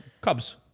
Cubs